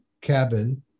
cabin